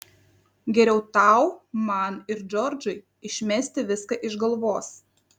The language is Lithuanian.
geriau tau man ir džordžui išmesti viską iš galvos